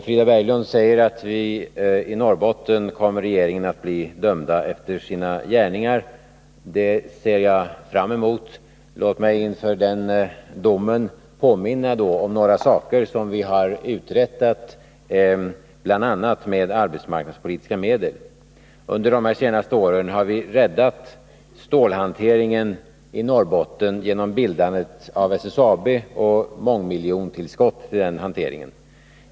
Frida Berglund säger att regeringen kommer att bli dömd efter sina gärningar i Norrbotten. Det ser jag fram emot. Jag vill inför den domen påminna om några av de åtgärder som regeringen har vidtagit bl.a. med arbetsmarknadspolitiska medel. Under de senaste åren har vi räddat stålhanteringen i Norrbotten genom bildandet av SSAB och genom mångmiljontillskottet till den hanteringen.